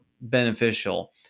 beneficial